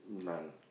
none